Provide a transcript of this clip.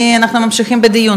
אני מפחד,